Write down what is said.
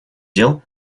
дел